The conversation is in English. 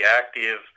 active